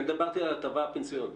אני דיברתי על ההטבה הפנסיונית.